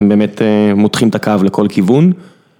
באמת מותחים את הקו לכל כיוון.